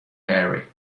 hairy